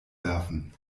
werfen